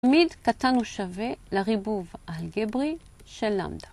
מיד קטן ושווה לריבוב האלגברי של למדא.